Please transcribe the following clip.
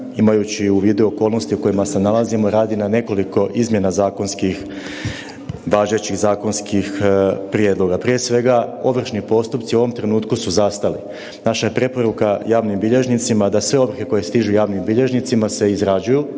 imajući u vidu okolnosti u kojima se nalazimo radi na nekoliko izmjena važećih zakonskih prijedloga. Prije svega ovršni postupci u ovom trenutku su zastali. Naša je preporuka javnim bilježnicima da sve ovrhe javnim bilježnicima se izrađuju